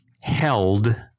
held